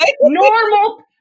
Normal